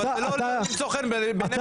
אבל זה לא למצוא חן בעיני --- אתה